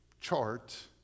chart